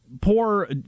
poor